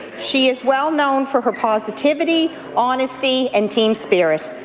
she is well-known for her positivity, honesty and team spirit.